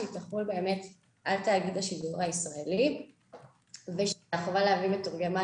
שהיא תחול על תאגיד השידור הישראלי ושהחובה להביא מתורגמן